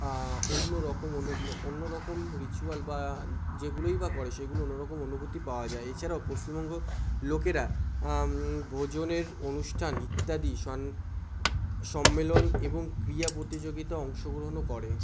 অন্য রকম অন্য রকম রিচুয়াল বা যেগুলোই বা করে সেগুলো অন্য রকম অনুভূতি পাওয়া যায় এছাড়াও পশ্চিমবঙ্গ লোকেরা ভোজনের অনুষ্ঠান ইত্যাদি সন সম্মেলন এবং ক্রিয়া প্রতিযোগিতা অংশগ্রহণও করে